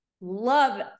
Love